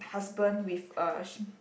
husband with a sh~